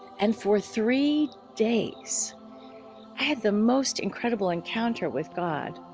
and for three days i had the most incredible encounter with god